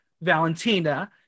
Valentina